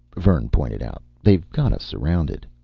vern pointed out. they've got us surrounded.